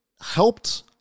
helped